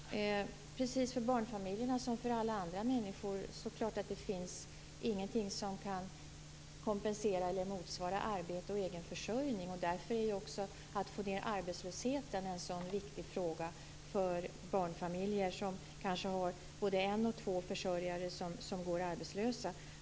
Herr talman! Det är för barnfamiljerna som för alla andra människor; det är klart att det inte finns någonting som kan kompensera eller motsvara arbete och egen försörjning. Därför är en sänkning av arbetslösheten en viktig fråga för barnfamiljer där det kan finnas både en eller två försörjare som går arbetslösa.